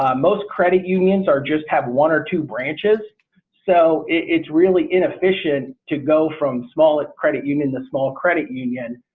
most credit unions or just have one or two branches so it's really inefficient to go from smallest credit union to small credit union.